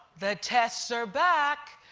the tests are back.